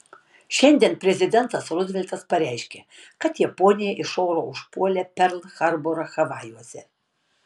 šiandien prezidentas ruzveltas pareiškė kad japonija iš oro užpuolė perl harborą havajuose